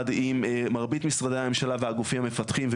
עם מרבית משרדי הממשלה והגופים המפתחים,